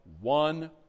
one